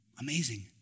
Amazing